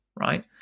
right